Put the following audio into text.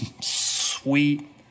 Sweet